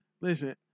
Listen